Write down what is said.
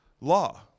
law